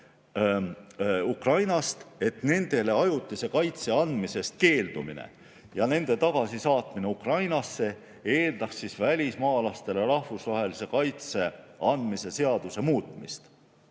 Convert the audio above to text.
Ukrainast, ajutise kaitse andmisest keeldumine ja nende tagasisaatmine Ukrainasse eeldaks välismaalastele rahvusvahelise kaitse andmise seaduse muutmist.